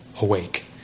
awake